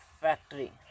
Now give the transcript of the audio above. factory